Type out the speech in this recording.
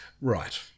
Right